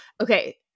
Okay